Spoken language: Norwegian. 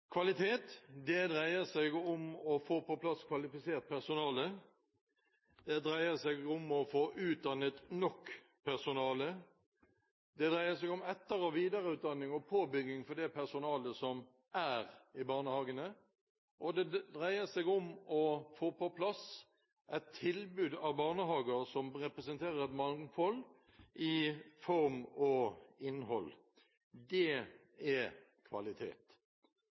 dreier seg om å få på plass kvalifisert personale, det dreier seg om å få utdannet nok personale, det dreier seg om etter- og videreutdanning og påbygging for det personalet som er i barnehagene, og det dreier seg om å få på plass et tilbud av barnehager som representerer et mangfold i form og innhold. Det er kvalitet.